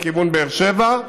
לכיוון באר שבע,